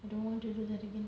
I don't want to do that again